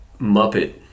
Muppet